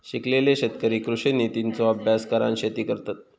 शिकलेले शेतकरी कृषि नितींचो अभ्यास करान शेती करतत